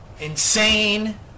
Insane